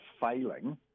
failing